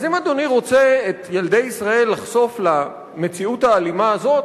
אז אם אדוני רוצה את ילדי ישראל לחשוף למציאות האלימה הזאת,